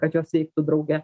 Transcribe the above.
kad jos eitų drauge